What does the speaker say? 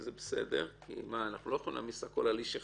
וזה בסדר כי אנחנו לא יכולים להעמיס הכול על איש אחד,